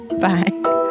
bye